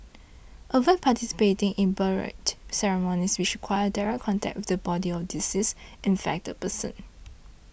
avoid participating in burial ceremonies which require direct contact with the body of a deceased infected person